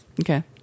Okay